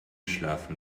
schlafen